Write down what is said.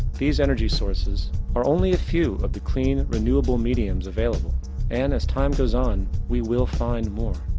these energy sources are only a few of the clean renewable mediums available and as time goes on we will find more.